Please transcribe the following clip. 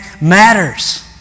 matters